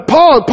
Paul